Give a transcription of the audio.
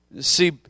see